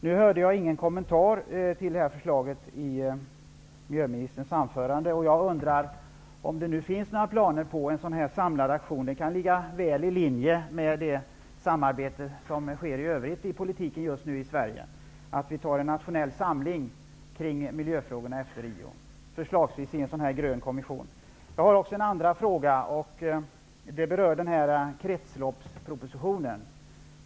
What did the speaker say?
Nu hörde jag ingen kommentar till det här förslaget i miljöministerns anförande. Jag undrar om det finns några planer på en sådan samlad aktion. Den kan ligga väl i linje med det samarbete som sker i övrigt i politiken just nu i Sverige. Vi borde kunna få en nationell samling kring miljöfrågorna efter Rio. Det kan förslagsvis ske i en grön kommission. Jag har också en andra fråga. Den berör kretsloppspropositionen.